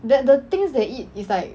that the things they eat is like